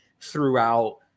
throughout